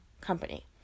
company